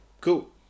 cool